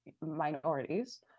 minorities